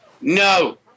No